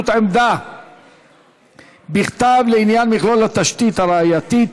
עמדה בכתב לעניין מכלול התשתית הראייתית),